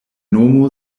nomo